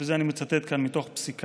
ואת זה אני מצטט כאן מתוך פסיקה,